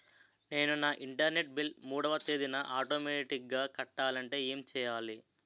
నేను నా internet bill మూడవ తేదీన ఆటోమేటిగ్గా కట్టాలంటే ఏం చేయాలి?